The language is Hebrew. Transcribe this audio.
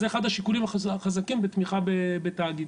זה אחד השיקולים החזקים בתמיכה בתאגידים.